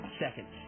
seconds